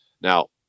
Now